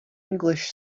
english